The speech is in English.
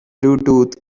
bluetooth